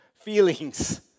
feelings